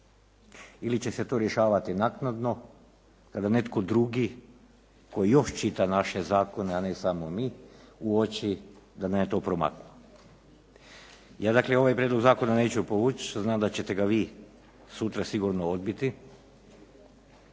ili će se to rješavati naknadno kada netko drugi koji još čita naše zakone a ne samo mi uoči da nam je to promaknulo. Ja dakle ovaj prijedlog zakona neću povući što znam da ćete ga vi sutra sigurno odbiti